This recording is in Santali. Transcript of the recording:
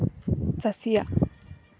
ᱪᱟᱹᱥᱤᱭᱟᱜ